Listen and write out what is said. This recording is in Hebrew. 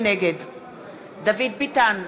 נגד דוד ביטן,